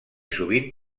sovint